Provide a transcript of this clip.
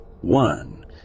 One